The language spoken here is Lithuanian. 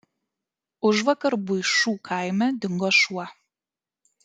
užvakar buišų kaime dingo šuo